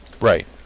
Right